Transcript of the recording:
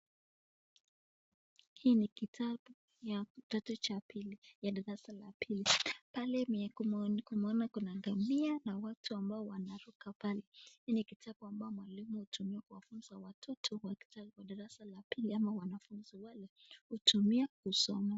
Hii ni kitabu cha kidato cha pili, ya darasa la pili. Pale tumeona kuna ngamia na watu wanaoruka pale. Hii ni kitabu ambayo mwalimu hutumia kufunza watoto wa darasa la pili, au wanafunzi wale hutumia kusoma.